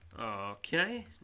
Okay